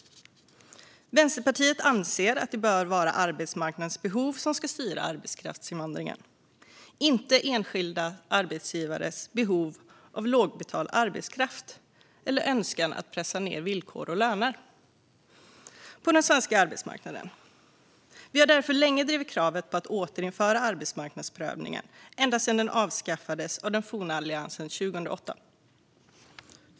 Vänsterpartiet anser att det bör vara arbetsmarknadens behov som ska styra arbetskraftsinvandringen, inte enskilda arbetsgivares behov av lågbetald arbetskraft eller önskan att pressa ned villkor och löner på den svenska arbetsmarknaden. Vi har därför länge drivit kravet på att återinföra arbetsmarknadsprövningen ända sedan den avskaffades av den forna Alliansen 2008.